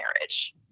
marriage